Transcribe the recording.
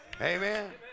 Amen